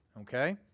okay